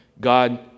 God